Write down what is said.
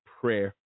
prayer